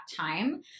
time